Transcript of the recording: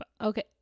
okay